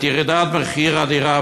את ירידת מחיר הדירה,